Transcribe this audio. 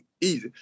easy